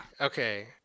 okay